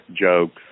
jokes